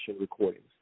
recordings